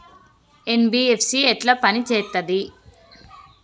NBFC ఎట్ల పని చేత్తది?